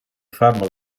farmaco